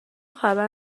خبر